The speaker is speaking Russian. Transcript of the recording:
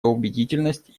убедительность